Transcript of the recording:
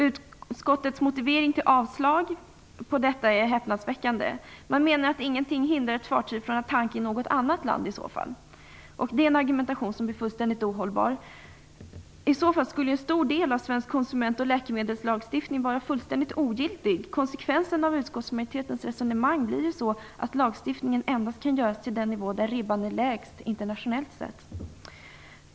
Utskottets motivering till avslag på denna yrkan är häpnadsväckande. Man menar att ingenting hindrar ett fartyg från att tanka i något annat land. Det är en argumentation som är fullständigt ohållbar. I så fall skulle en stor del av svensk konsument och läkemedelslagstiftning vara fullständigt ogiltig. Konsekvensen av utskottsmajoritetens resonemang blir att lagar endast kan stiftas på den nivå där ribban är lägst internationellt sett.